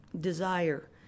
desire